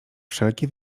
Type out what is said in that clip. wszelki